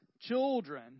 children